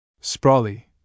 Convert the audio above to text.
Sprawly